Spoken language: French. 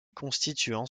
constituant